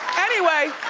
anyway,